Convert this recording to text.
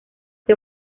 que